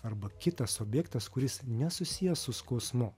arba kitas objektas kuris nesusijęs su skausmu